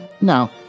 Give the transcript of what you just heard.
now